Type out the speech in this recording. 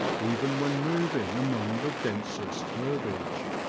even when moving among the densest herbage.